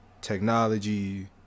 technology